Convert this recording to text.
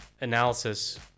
analysis